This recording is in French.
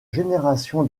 génération